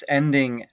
ending